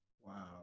Wow